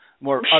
More